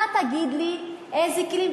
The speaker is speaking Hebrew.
אתה תגיד לי איזה כלים,